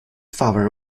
father